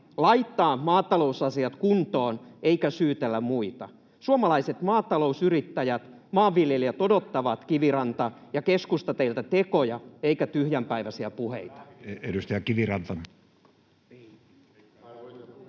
laittaa maatalousasiat kuntoon eikä syytellä muita. Suomalaiset maatalousyrittäjät, maanviljelijät, odottavat, Kiviranta ja keskusta, teiltä tekoja eivätkä tyhjänpäiväisiä puheita.